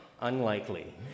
Unlikely